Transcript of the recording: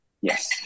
yes